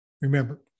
Remember